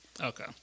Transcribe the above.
Okay